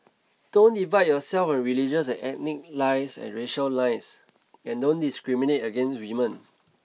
don't divide yourself on religious and ethnic lines and racial lines and don't discriminate against women